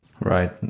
Right